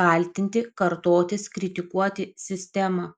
kaltinti kartotis kritikuoti sistemą